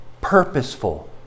Purposeful